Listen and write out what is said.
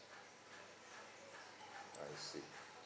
I see